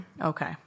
okay